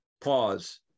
pause